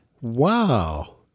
wow